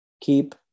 keep